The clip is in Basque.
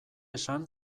esan